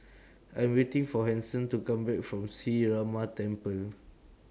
I Am waiting For Hanson to Come Back from Sree Ramar Temple